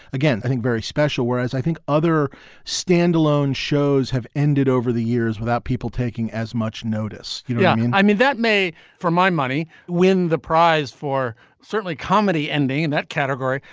again, i think, very special, whereas i think other standalone shows have ended over the years without people taking as much notice yeah i mean, i mean, that may for my money win the prize for certainly comedy and they in that category.